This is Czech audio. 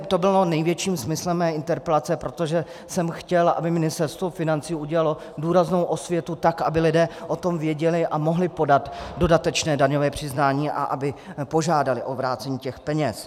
To bylo největším smyslem mé interpelace, protože jsem chtěl, aby Ministerstvo financí udělalo důraznou osvětu, tak aby lidé o tom věděli a mohli podat dodatečné daňové přiznání a aby požádali o vrácení těch peněz.